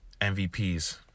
MVPs